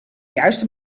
juiste